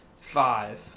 five